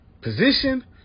position